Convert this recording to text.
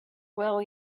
well